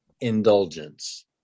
indulgence